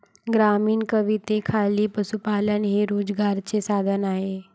ग्रामीण कवितेखाली पशुपालन हे रोजगाराचे साधन आहे